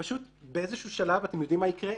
שפשוט באיזשהו שלב, אתם יודעים מה יקרה?